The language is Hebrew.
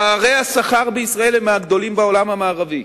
פערי השכר בישראל הם מהגדולים בעולם המערבי.